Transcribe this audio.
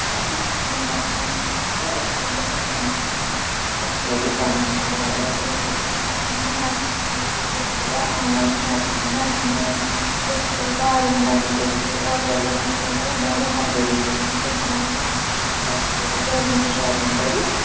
أکِس مِنٹس منٛز اَکہِ مِنٹہٕ کھۄتہٕ کَمس منٛز تہِ لَچھِ بوٚدُے ٹرانَس فر اورٕ یور کٔرِتھ یوت اَسہِ آسہِ نیُن ہٮ۪کٹِک روٚستُوے یا آن لاین شاپَنگ نَژٕنہٕ روٚستُوے بازرَن نَژٕنہٕ روٚستُوے اورٕ یور تہِ ہٮ۪کو گرِ ہٮ۪و ہَتہٕ بٔدی چیٖز وٕچھِتھ تِمو منٛز اکھ چیٖز سِلیکٹ کٔرِتھ گرِ بِہتھ شاپِنگ کٔرِتھ